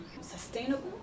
sustainable